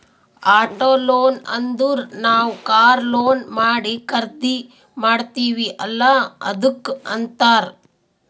auto loan ಅಂದುರ್ ನಾವ್ car loan ಮಾಡಿ ಖರ್ದಿ ಮಾಡ್ತಿವಿ ಅಲ್ಲಾ ಅದ್ದುಕ್ ಅಂತ್ತಾರ್